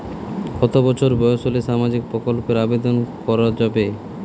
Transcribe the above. কত বছর বয়স হলে সামাজিক প্রকল্পর আবেদন করযাবে?